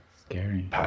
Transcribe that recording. Scary